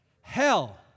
Hell